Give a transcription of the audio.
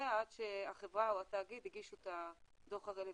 אחריה עד שהחברה או התאגיד יגישו את הדוח הרלוונטי.